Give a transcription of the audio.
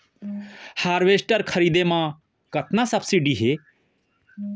Harvester खरीदे म कतना सब्सिडी हे?